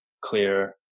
clear